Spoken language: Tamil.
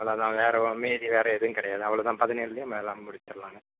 அவ்வளோதான் வேற மீதி வேற எதுவும் கிடையாது அவ்வளோதான் பதினேழுலே நம்ம எல்லாமே முடிச்சிடலாங்க